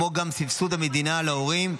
כמו גם סבסוד המדינה להורים,